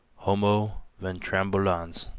homo ventrambulans.